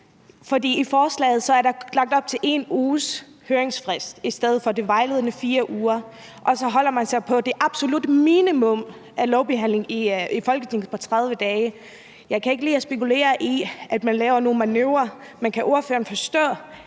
i forslaget er der lagt op til 1 uges høringsfrist i stedet for de vejledende 4 uger, og så holder man sig på det absolutte minimum af lovbehandling i Folketinget på 30 dage. Jeg kan ikke lide at spekulere i, om man laver nogle manøvrer, men kan ordføreren forstå,